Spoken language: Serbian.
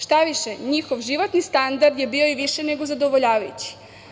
Štaviše njihov životni standard je bio i više nego zadovoljavajući.